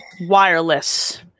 wireless